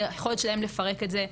היכולת שלהם לפרק את זה,